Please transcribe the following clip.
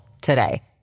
today